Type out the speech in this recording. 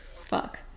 Fuck